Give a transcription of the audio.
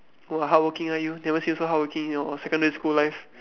oh hardworking ah you never see you so hardworking in your secondary school life